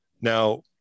Now